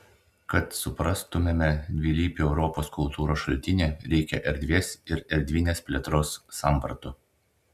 kad suprastumėme dvilypį europos kultūros šaltinį reikia erdvės ir erdvinės plėtros sampratų